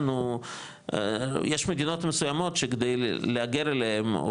יש מדינות מסוימות שכדי להגר אליהם,